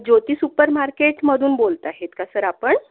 ज्योती सुपरमार्केटमधून बोलत आहेत का सर आपण